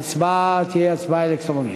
ההצבעה תהיה הצבעה אלקטרונית.